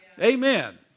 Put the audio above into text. Amen